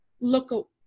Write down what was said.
look